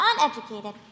uneducated